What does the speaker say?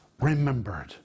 remembered